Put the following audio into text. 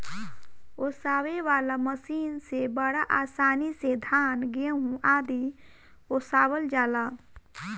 ओसावे वाला मशीन से बड़ा आसानी से धान, गेंहू आदि ओसावल जाला